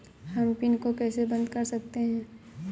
हम पिन को कैसे बंद कर सकते हैं?